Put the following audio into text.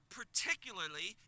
particularly